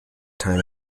time